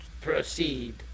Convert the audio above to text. Proceed